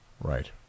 Right